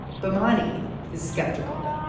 bomani is skeptical.